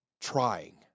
trying